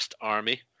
army